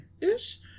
Ish